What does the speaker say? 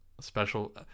special